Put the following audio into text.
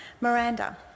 Miranda